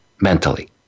mentally